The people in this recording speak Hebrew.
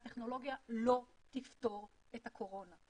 והטכנולוגיה לא תפתור את הקורונה.